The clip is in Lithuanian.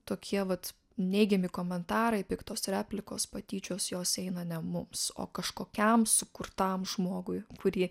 tokie vat neigiami komentarai piktos replikos patyčios jos eina ne mums o kažkokiam sukurtam žmogui kurį